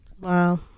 Wow